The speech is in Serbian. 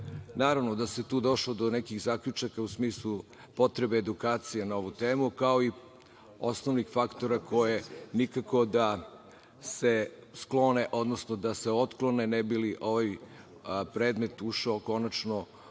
Naravno da se tu došlo do nekih zaključaka u smislu potrebe edukacije na ovu temu, kao i osnovnih faktora koji nikako da se otklone ne bi li ovaj predmet ušao konačno, odnosno